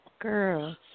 Girl